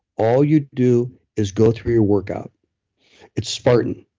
all you do is go through your workout it's spartan.